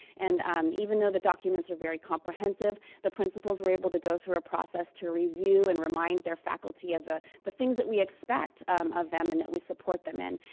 and um even though the documents are very comprehensive, the principals were able to go through a process to review and remind their faculty of the the things that we expect of them and that we support them in.